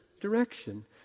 direction